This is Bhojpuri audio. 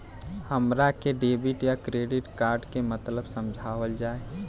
हमरा के डेबिट या क्रेडिट कार्ड के मतलब समझावल जाय?